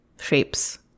shapes